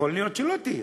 יכול להיות שלא תהיה.